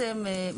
ללא ספק.